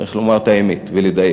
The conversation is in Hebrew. צריך לומר את האמת ולדייק.